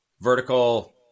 vertical